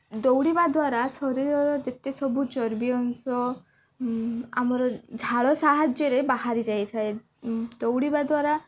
ଦୌଡ଼ିବା ଦ୍ୱାରା ଶରୀରର ଯେତେ ସବୁ ଚର୍ବି ଅଂଶ ଆମର ଝାଳ ସାହାଯ୍ୟରେ ବାହାରି ଯାଇଥାଏ ଦୌଡ଼ିବା ଦ୍ୱାରା